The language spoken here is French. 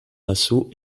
assaut